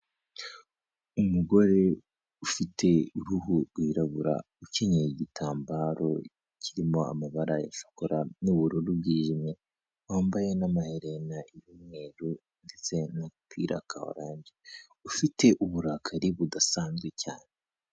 Umugore ufite uruhu rwirabura, ukenyeye igitambaro kirimo amabara ya shokora n'ubururu bwijimye, wambaye n'amaherena y'umweru ndetse n'agapira ka orange, ufite uburakari budasanzwe cyane.